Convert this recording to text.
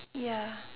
ya